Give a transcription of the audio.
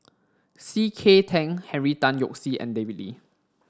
C K Tang Henry Tan Yoke See and David Lee